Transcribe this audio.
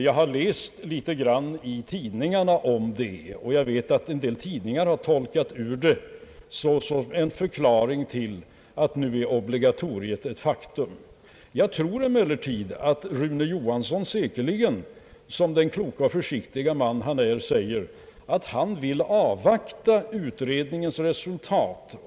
Jag har läst litet grand i tidningarna om saken och vet att en del tidningar har tolkat yttrandet som en förklaring att nu är obligatoriet på arbetslöshetsförsäkringsområdet ett faktum. Jag tänker mig i alla fall att Rune Johansson, som den kloke och försiktige man han är, snarare säger att han vill avvakta utredningens resultat.